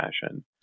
fashion